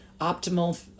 optimal